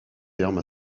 terme